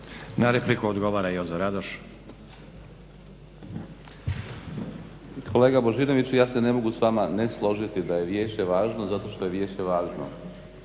Na repliku odgovara Jozo Radoš. **Radoš, Jozo (HNS)** Kolega Božinoviću, ja se ne mogu s vama ne složiti da je Vijeće važno zato što je Vijeće važno.